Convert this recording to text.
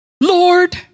Lord